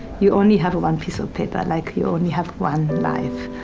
you only have one piece of paper, like you only have one life.